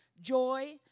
joy